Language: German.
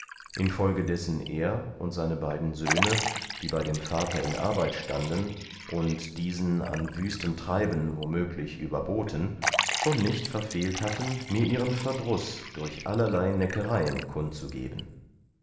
infolgedessen er und seine beiden söhne die bei dem vater in arbeit standen und diesen an wüstem treiben womöglich überboten schon nicht verfehlt hatten mir ihren verdruß durch allerlei neckereien kundzugeben